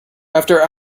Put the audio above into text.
after